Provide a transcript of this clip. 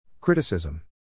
Criticism